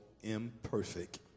Imperfect